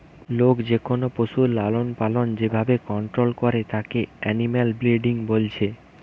লোক যেকোনো পশুর লালনপালন যে ভাবে কন্টোল করে তাকে এনিম্যাল ব্রিডিং বলছে